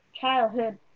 childhood